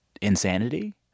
insanity